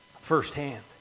firsthand